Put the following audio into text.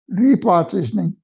repartitioning